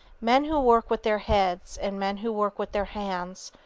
men who work with their heads and men who work with their hands,